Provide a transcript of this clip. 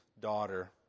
daughter